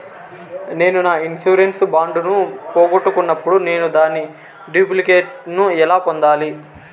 నేను నా insurance bond ను పోగొట్టుకున్నప్పుడు నేను దాని డూప్లికేట్ ను ఎలా పొందాలి?